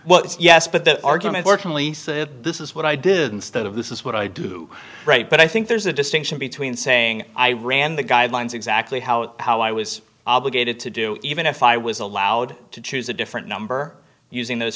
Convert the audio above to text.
well yes but the argument working lisa this is what i did instead of this is what i do right but i think there's a distinction between saying i ran the guidelines exactly how how i was obligated to do even if i was allowed to choose a different number using those